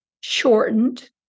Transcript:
shortened